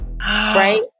right